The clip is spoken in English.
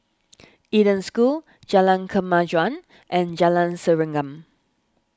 Eden School Jalan Kemajuan and Jalan Serengam